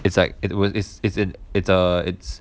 it's like it was it's it's an it's a it's